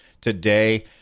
today